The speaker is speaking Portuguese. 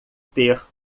ter